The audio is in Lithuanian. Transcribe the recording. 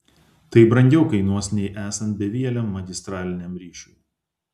tai brangiau kainuos nei esant bevieliam magistraliniam ryšiui